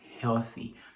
healthy